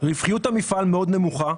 רווחיות המפעל מאוד נמוכה,